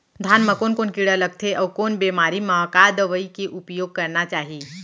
धान म कोन कोन कीड़ा लगथे अऊ कोन बेमारी म का दवई के उपयोग करना चाही?